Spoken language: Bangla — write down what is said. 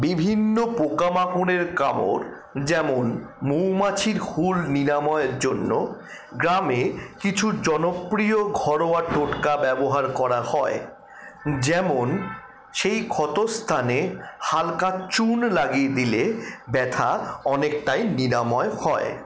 বিভিন্ন পোকা মাকড়ের কামড় যেমন মৌমাছির হুল নিরাময়ের জন্য গ্রামে কিছু জনপ্রিয় ঘরোয়া টোটকা ব্যবহার করা হয় যেমন সেই ক্ষত স্থানে হালকা চুন লাগিয়ে দিলে ব্যাথা অনেকটাই নিরাময় হয়